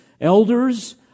elders